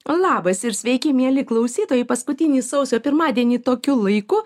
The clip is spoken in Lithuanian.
labas ir sveiki mieli klausytojai paskutinį sausio pirmadienį tokiu laiku